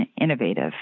innovative